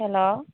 hello